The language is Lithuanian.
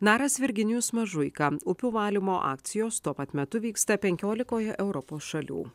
naras virginijus mažuika upių valymo akcijos tuo pat metu vyksta penkiolikoje europos šalių